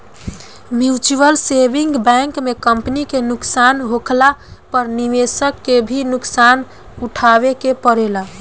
mutual saving bank में company के नुकसान होखला पर निवेशक के भी नुकसान उठावे के पड़ेला